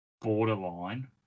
borderline